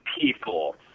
people